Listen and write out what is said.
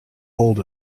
hold